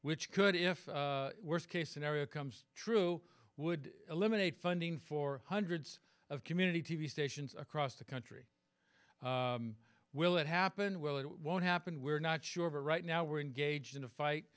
which could if worst case scenario comes true would eliminate funding for hundreds of community t v stations across the country will it happen will it won't happen we're not sure but right now we're engaged in a fight